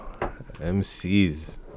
MCs